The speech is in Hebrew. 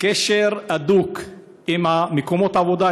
בקשר הדוק למקומות העבודה,